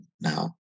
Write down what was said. now